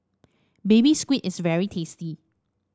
Baby Squid is very tasty